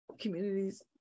communities